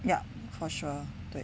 yup for sure 对